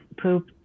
poop